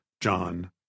john